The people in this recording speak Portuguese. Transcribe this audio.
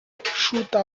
chuta